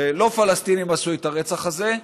שלא פלסטינים ביצעו את הרצח הזה.